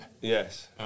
Yes